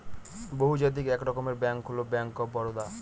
বহুজাতিক এক রকমের ব্যাঙ্ক হল ব্যাঙ্ক অফ বারদা